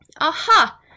Aha